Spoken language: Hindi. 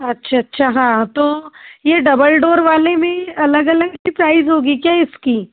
अच्छ अच्छा हाँ तो यह डबल डोर वाले में अलग अलग प्राइज होगी क्या इसकी